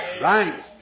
Right